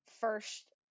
first